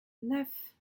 neuf